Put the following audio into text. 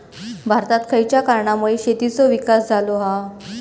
भारतात खयच्या कारणांमुळे शेतीचो विकास झालो हा?